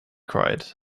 cried